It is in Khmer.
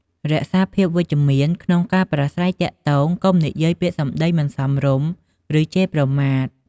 រក្សាភាពវិជ្ជមានក្នុងការប្រាស្រ័យទាក់ទងកុំនិយាយពាក្យមិនសមរម្យ ឬជេរប្រមាថ។